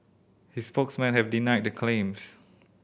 his spokesmen have denied the claims